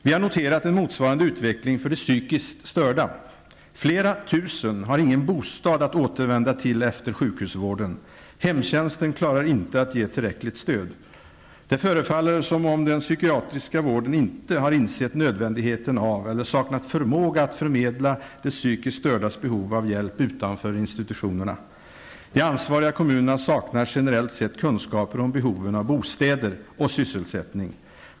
Vi har noterat en motsvarande utveckling för de psykiskt störda. Flera tusen har ingen bostad att återvända till efter sjukhusvården. Hemtjänsten klarar inte att ge tillräckligt stöd. Det förefaller som om den psykiatriska vården inte har insett nödvändigheten av eller saknat förmåga att förmedla de psykiskt stördas behov av hjälp utanför insitutionerna. De ansvariga kommunerna saknar generellt sett kunskaper om behoven av bostäder och sysselsättning.